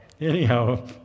Anyhow